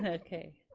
ah okay.